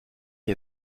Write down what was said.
qui